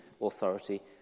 authority